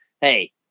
Hey